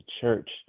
church